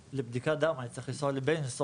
לבדיקת דם אני צריך לנסוע לבלינסון,